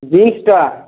ଦୁଇଶହ ଟଙ୍କା